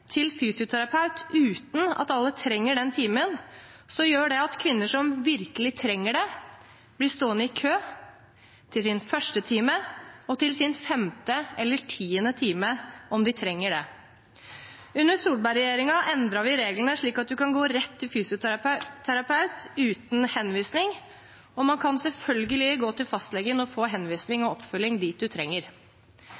til fysioterapeut uten at alle trenger den timen, gjør det at kvinner som virkelig trenger det, blir stående i kø, til sin første time og til sin femte eller tiende time om de trenger det. Under Solberg-regjeringen endret vi reglene slik at man kan gå rett til fysioterapeut uten henvisning, og man kan selvfølgelig gå til fastlegen å få henvisning